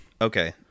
Okay